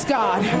God